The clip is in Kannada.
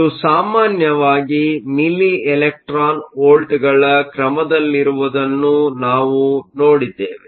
ಇದು ಸಾಮಾನ್ಯವಾಗಿ ಮಿಲಿ ಎಲೆಕ್ಟ್ರಾನ್ ವೋಲ್ಟ್ಗಳ ಕ್ರಮದಲ್ಲಿರುವುದನ್ನು ನಾವು ನೋಡಿದ್ದೇವೆ